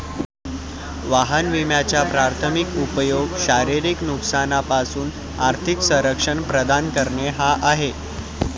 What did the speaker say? वाहन विम्याचा प्राथमिक उपयोग शारीरिक नुकसानापासून आर्थिक संरक्षण प्रदान करणे हा आहे